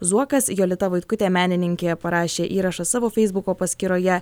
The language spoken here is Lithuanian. zuokas jolita vaitkutė menininkė parašė įrašą savo feisbuko paskyroje